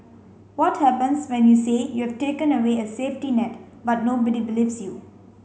what happens when you say you have taken away a safety net but nobody believes you